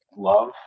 love